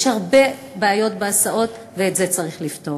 יש הרבה בעיות בהסעות, ואת זה צריך לפתור.